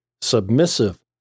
submissive